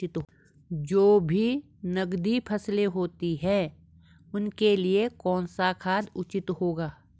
जो भी नकदी फसलें होती हैं उनके लिए कौन सा खाद उचित होगा?